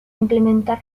implementar